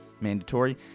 mandatory